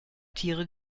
tiere